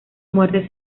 muerte